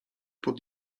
pod